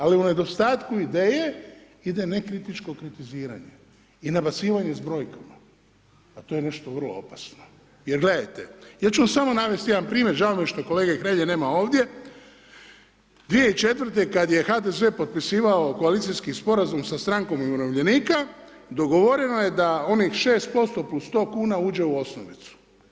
Ali u nedostatku ideje, ide nekritičko kritiziranje i nabacivanje s brojkama a to je nešto vrlo opasno jer gledajte, ja ću vam samo navesti jedan primjer, žao mi je što kolege Hrelje nema ovdje, 2004. kad je HDZ potpisivao koalicijski sporazum sa Strankom umirovljenika, dogovoreno je da onih 6% plus 100 kuna uđe u osnovicu.